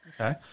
Okay